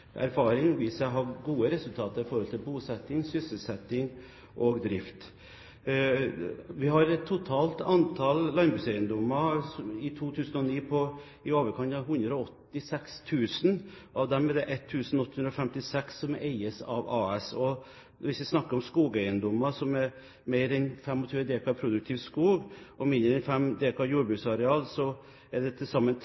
erfaring vist seg å gi gode resultater i forhold til bosetting, sysselsetting og drift. Vi har et totalt antall landbrukseiendommer i 2009 på i overkant av 186 000, av dem er det 1 856 som eies av AS. Hvis vi snakker om skogeiendommer på mer enn 25 dekar produktiv skog og mindre enn